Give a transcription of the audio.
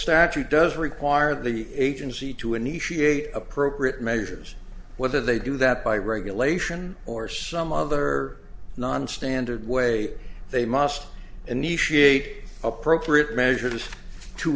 statute does require the agency to initiate appropriate measures whether they do that by regulation or some other nonstandard way they must initiate appropriate measures to